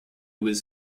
was